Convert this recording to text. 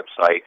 website